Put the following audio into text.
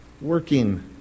working